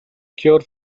cure